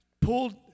pulled